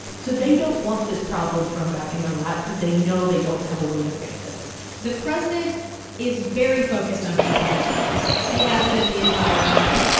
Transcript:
so they don't want this problem thrown back in their lap because they know they don't have a way to fix it the president is very focused on keeping his promises. he has been the entire time.